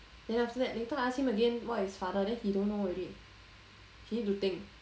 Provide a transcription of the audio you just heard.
then after that later I ask him again what is father he don't know already he need to think